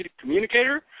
communicator